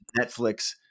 Netflix